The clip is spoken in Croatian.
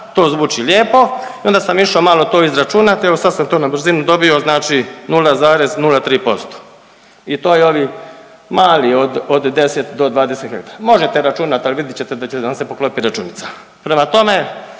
to zvuči lijepo i onda sam išao malo to izračunati, evo sad sam to na brzinu dobio znači 0,03%. I to je ovih malih od 10 do 20 …/Govornik se ne razumije./… možete računat, ali vidjet ćete da će vam se poklopit računica. Prema tome,